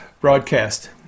broadcast